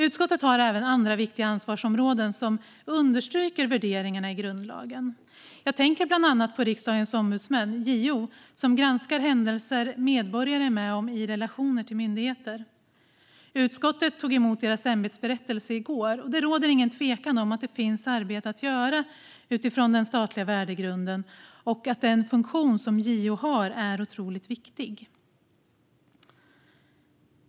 Utskottet har även andra viktiga ansvarsområden som understryker värderingarna i grundlagen. Jag tänker bland annat på Riksdagens ombudsmän, JO, som granskar händelser medborgare är med om i relationer till myndigheter. Utskottet tog emot deras ämbetsberättelse i går, och det råder ingen tvekan om att det finns arbete att göra utifrån den statliga värdegrunden. Den funktion som JO har är otroligt viktig.